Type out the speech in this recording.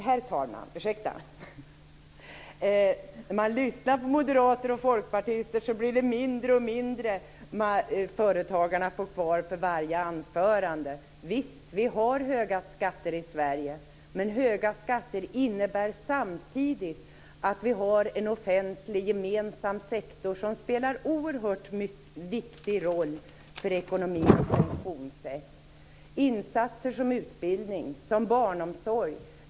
Herr talman! När man lyssnar på moderater och folkpartister så blir det mindre och mindre företagarna får ha kvar för varje anförande. Visst, vi har höga skatter i Sverige. Men höga skatter innebär samtidigt att vi har en offentlig, gemensam sektor som spelar en oerhört viktig roll för ekonomins produktionssätt. Det gäller insatser som utbildning och barnomsorg.